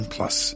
Plus